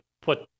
put